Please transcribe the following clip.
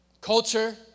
Culture